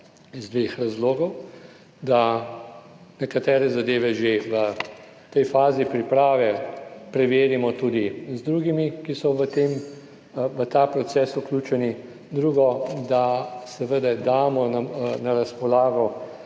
iz dveh razlogov; da nekatere zadeve že v tej fazi priprave preverimo tudi z drugimi, ki so v tem, v ta proces vključeni, drugo, da seveda damo na razpolago